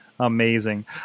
amazing